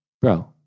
Bro